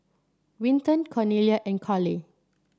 Winton Cornelia and Carli